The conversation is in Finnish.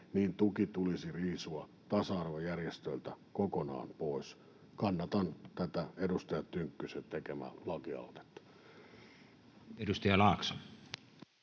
niin tuki tulisi riisua tasa-arvojärjestöiltä kokonaan pois. Kannatan tätä edustaja Tynkkysen tekemää lakialoitetta. Edustaja Laakso.